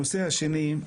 הנושא השני,